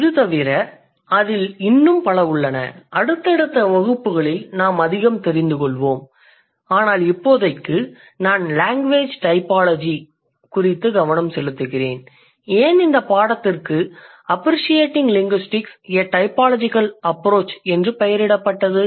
இது தவிர அதில் இன்னும் பல உள்ளன அடுத்தடுத்த வகுப்புகளில் நாம் அதிகம் தெரிந்துகொள்வோம் ஆனால் இப்போதைக்கு நான் லேங்குவேஜ் டைபாலஜி குறித்து கவனம் செலுத்துகிறேன் ஏன் இந்தப் பாடத்திற்கு appreciating linguistics a typological approach என்று பெயரிடப்பட்டது